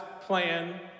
plan